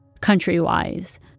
country-wise